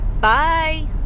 Bye